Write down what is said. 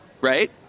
right